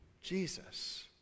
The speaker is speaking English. Jesus